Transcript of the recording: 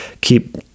keep